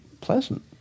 pleasant